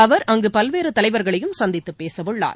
அவர் அங்கு பல்வேறு தலைவர்களையும் சந்தித்துப் பேச உள்ளார்